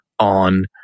on